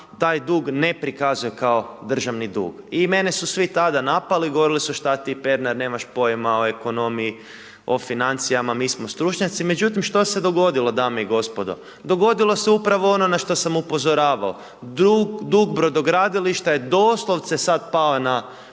taj dug ne prikazuje kao državni dug, i mene su svi tada napali, govorili su šta ti Pernar nemaš pojma o ekonomiji, o financijama, mi smo stručnjaci, međutim što se dogodilo dame i gospodo? Dogodilo se upravo ono na što sam upozoravao, dug brodogradilišta je doslovce sad pao na